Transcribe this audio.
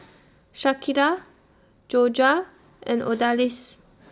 Shakira Jorja and Odalis